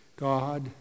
God